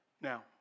Now